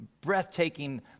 breathtaking